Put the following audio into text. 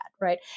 Right